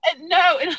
no